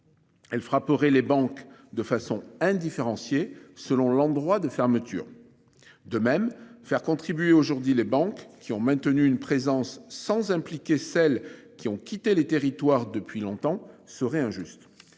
Elle frapperait les banques de façon indifférenciée selon l'endroit de fermeture. De même, faire contribuer aujourd'hui les banques qui ont maintenu une présence sans impliquer celles qui ont quitté les territoires depuis longtemps serait injuste.